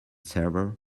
server